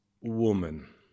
woman